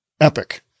Epic